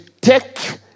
take